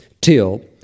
till